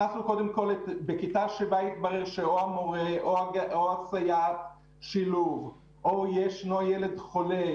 בכיתה שבה התברר או המורה או הסייעת שילוב או ישנו ילד חולה,